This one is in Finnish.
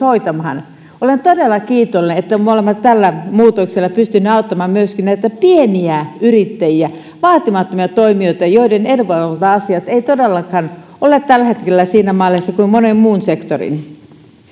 hoitamaan olen todella kiitollinen että me olemme tällä muutoksella pystyneet auttamaan myöskin näitä pieniä yrittäjiä vaatimattomia toimijoita joiden edunvalvonta asiat eivät todellakaan ole tällä hetkellä sillä mallilla kuin monen muun sektorin